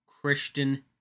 Christian